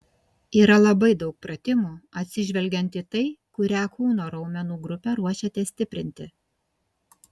yra labai daug pratimų atsižvelgiant į tai kurią kūno raumenų grupę ruošiatės stiprinti